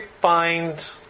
find